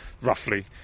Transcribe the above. roughly